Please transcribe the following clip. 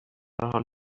هرحال